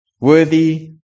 worthy